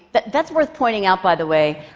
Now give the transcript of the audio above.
but that's worth pointing out, by the way.